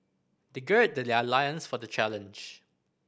they gird that their loins for the challenge